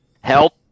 Help